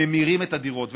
ממירים את הדירות.